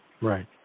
right